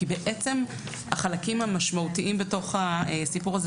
כי בעצם החלקים המשמעותיים בתוך הסיקור הזה,